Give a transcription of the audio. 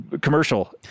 commercial